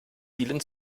vielen